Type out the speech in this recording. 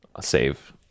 save